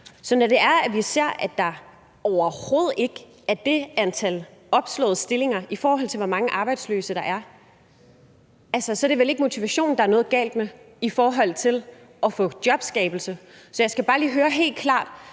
er, at vi ser, at der overhovedet ikke er det antal opslåede stillinger, i forhold til hvor mange arbejdsløse der er, så er det vel ikke motivationen, der er noget galt med i forhold til at få jobskabelse? Så jeg skal bare lige høre helt klart: